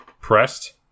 pressed